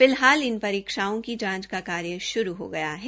फिलहाल इन परीक्षाओं की जांच का कार्य श्रू हो गया है